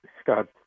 Scott